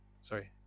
sorry